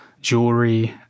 jewelry